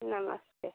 नमस्ते